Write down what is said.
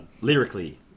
lyrically